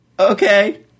Okay